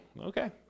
Okay